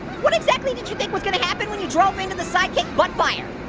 what exactly did you think was gonna happen when you drive into the sidekick butt fire?